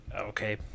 okay